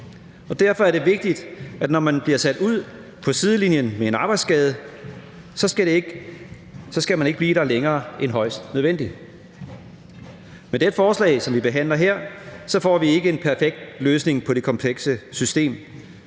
Derfor er det vigtigt, at man, når man bliver sat ud på sidelinjen med en arbejdsskade, ikke skal blive der længere end højst nødvendigt. Med det forslag, som vi behandler her, får vi ikke en perfekt løsning på det komplekse system,